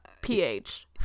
PH